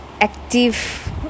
active